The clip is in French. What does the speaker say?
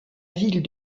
ville